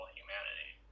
humanity